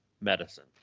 medicine